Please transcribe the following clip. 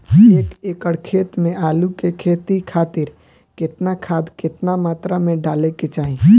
एक एकड़ खेत मे आलू के खेती खातिर केतना खाद केतना मात्रा मे डाले के चाही?